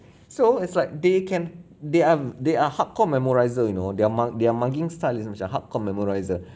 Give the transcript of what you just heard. so it's like they can they are they are hardcore memorizer you know their mark their marking style is macam hardcore memorizer